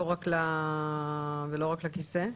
צריכה להיות התייחסות למילה מלווה ולא רק לכיסא.